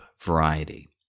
variety